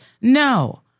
No